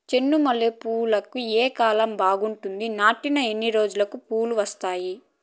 చెండు మల్లె పూలుకి ఏ కాలం బావుంటుంది? నాటిన ఎన్ని రోజులకు పూలు వస్తాయి?